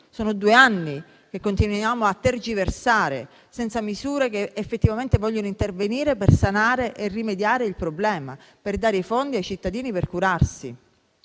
Sono due anni che continuiamo a tergiversare, senza varare misure che effettivamente intervengano per sanare il problema, per dare fondi ai cittadini per curarsi.